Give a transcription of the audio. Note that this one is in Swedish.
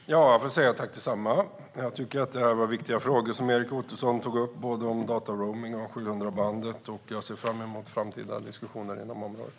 Herr talman! Jag får säga tack detsamma! Jag tycker att det var viktiga frågor som Erik Ottoson tog upp, både om dataroaming och om 700-bandet. Jag ser fram emot framtida diskussioner inom området.